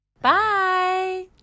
Bye